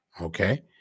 Okay